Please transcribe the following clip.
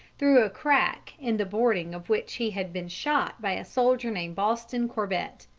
through a crack in the boarding of which he had been shot by a soldier named boston corbett.